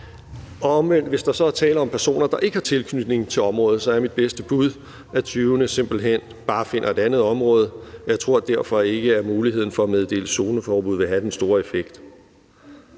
omvendt er tale om personer, der ikke har tilknytning til området, er mit bedste bud, at tyvene simpelt hen bare finder et andet område. Jeg tror derfor ikke, at muligheden for at meddele zoneforbud vil have den store effekt.